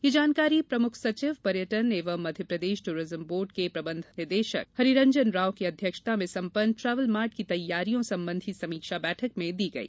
यह जानकारी प्रमुख सचिव पर्यटन एवं मध्यप्रदेश टूरिज्म बोर्ड के प्रबंध निदेशक हरिरंजन राव की अध्यक्षता में संपन्न ट्रेवल मार्ट की तैयारियों संबंधी समीक्षा बैठक में दी गई